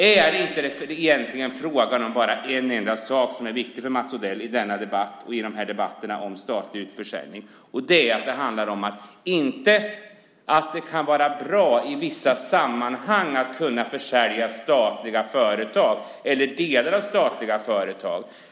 Är det egentligen inte bara en enda sak som är viktig för Mats Odell i debatterna om statlig utförsäljning, nämligen att det ideologiskt är bättre att någon annan än staten är ägare? Det handlar inte om att det i vissa sammanhang kan vara bra att kunna sälja statliga företag eller delar av statliga företag.